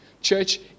Church